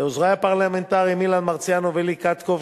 לעוזרי הפרלמנטרים אילן מרסיאנו ולי קטקוב,